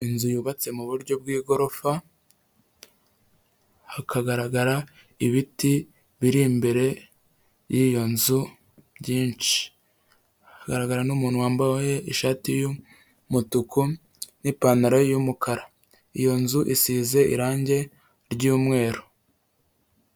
Inzu yubatse mu buryo bw'igorofa, hakagaragara ibiti biri imbere y'iyo nzu byinshi, hagaragara n'umuntu wambaye ishati y'umutuku n'ipantaro y'umukara, iyo nzu isize irangi ry'umweru.